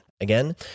Again